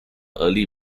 early